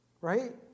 Right